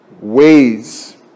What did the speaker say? ways